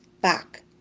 back